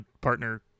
partner